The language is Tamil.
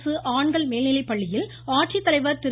அரசு ஆண்கள் மேல்நிலைப்பள்ளியில் ஆட்சித்தலைவா் திரு